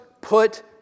put